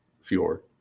fjord